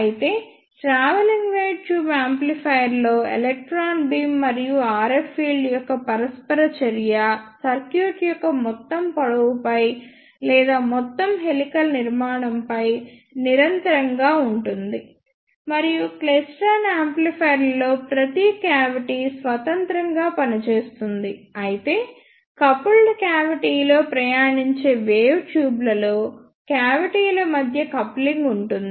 అయితే travelling wave tube యాంప్లిఫైయర్లో electron beam మరియు RF ఫీల్డ్ యొక్క పరస్పర చర్య సర్క్యూట్ యొక్క మొత్తం పొడవుపై లేదా మొత్తం హెలికల్ నిర్మాణంపై నిరంతరంగా ఉంటుంది మరియు క్లైస్ట్రాన్ యాంప్లిఫైయర్లలో ప్రతి క్యావిటీ స్వతంత్రంగా పనిచేస్తుంది అయితే కపుల్డ్ క్యావిటీలో ప్రయాణించే వేవ్ ట్యూబ్లలో క్యావిటీ ల మధ్య కప్లింగ్ ఉంటుంది